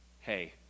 hey